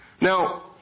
Now